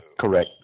Correct